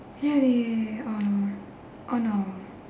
really oh no oh no